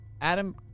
Adam